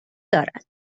دارد